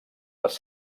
les